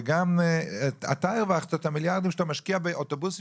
וגם הרווחת את המיליארדים שאתה משקיע באוטובוסים